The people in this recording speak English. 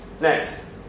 Next